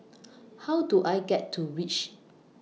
How Do I get to REACH